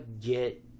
get